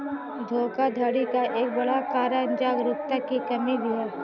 धोखाधड़ी का एक बड़ा कारण जागरूकता की कमी भी है